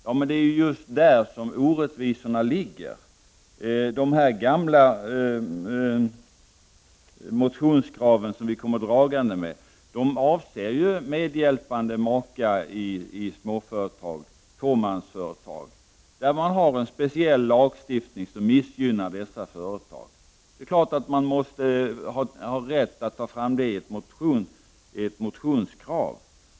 Ja, men det är ju just här som orättvisorna finns. De gamla motionskrav som vi kommer dragande med avser ju medhjälpande maka i småföretag, i fåmansföretag, för vilka det finns en speciell lagstiftning som missgynnar dessa företag. Det är klart att man måste ha rätt att lyfta fram detta i ett motionskrav.